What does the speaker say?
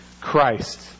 Christ